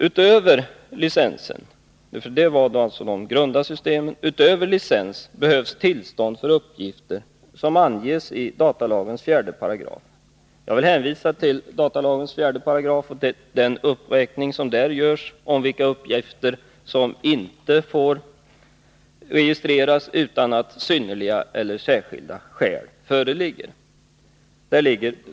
Utöver licens behövs tillstånd för uppgifter som anges i datalagens 4 §. Jag vill hänvisa till den uppräkning som där görs om vilka uppgifter som inte får registreras utan att synnerliga eller särskilda skäl föreligger.